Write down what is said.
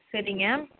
சரிங்க